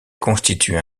constituent